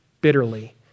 bitterly